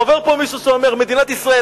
עובר פה מישהו שאומר: מדינת ישראל,